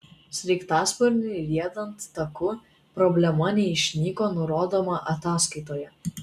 sraigtasparniui riedant taku problema neišnyko nurodoma ataskaitoje